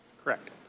correct.